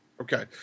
Okay